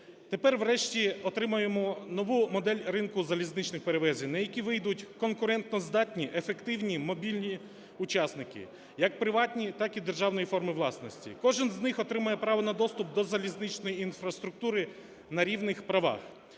Тепер врешті отримаємо нову модель ринку залізничних перевезень, на який вийдуть конкурентоздатні, ефективні, мобільні учасники як приватні, так і державної форми власності. Кожен з них отримає право на доступ до залізничної інфраструктури на рівних правах.